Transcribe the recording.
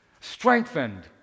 strengthened